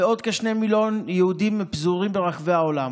ועוד כשני מיליון יהודים פזורים ברחבי העולם.